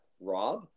Rob